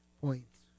points